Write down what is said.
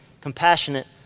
compassionate